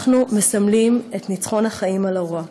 אנחנו מסמלים את ניצחון החיים על הרוע.